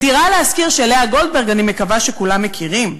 את "דירה להשכיר" של לאה גולדברג אני מקווה שכולם מכירים,